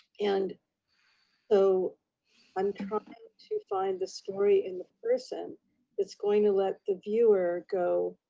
and so i'm trying to find the story and the person is going to let the viewer go.